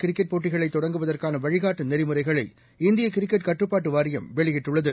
cricket போட்டிகளை தொடங்குவதற்கான மாநில வழிகாட்டு நெறிமுறைகளை இந்திய கிரிக்கெட் கட்டுப்பாட்டு வாரியம் வெளியிட்டுள்ளது